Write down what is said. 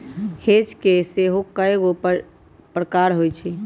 hedge के सेहो कएगो प्रकार होइ छै